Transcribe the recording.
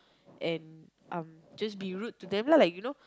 and um just be rude to them lah like you know